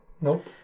Nope